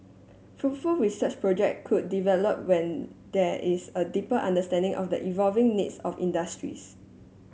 fruitful research project could develop when there is a deeper understanding of the evolving needs of industries